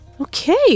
Okay